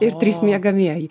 ir trys miegamieji